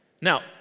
Now